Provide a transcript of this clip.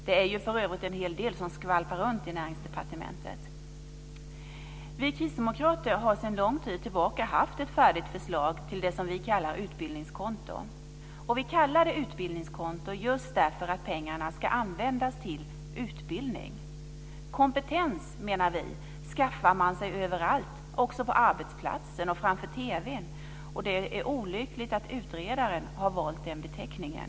Det är för övrigt en hel del som skvalpar runt i Näringsdepartementet. Vi kristdemokrater har sedan lång tid tillbaka haft ett färdigt förslag till det som vi kallar utbildningskonto. Vi kallar det utbildningskonto just därför att pengarna ska användas till utbildning. Kompetens menar vi att man skaffar sig överallt, också på arbetsplatsen och framför TV:n. Det är olyckligt att utredaren har valt beteckningen kompetenskonton.